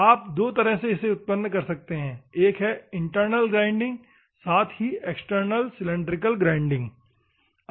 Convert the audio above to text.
आप दो तरह से इसे उत्पन्न कर सकते हैं एक इंटरनल ग्राइंडिंग है साथ ही एक्सटर्नल सिलिंड्रिकल ग्राइंडिंग भी है